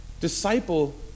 disciple